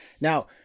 Now